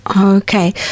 okay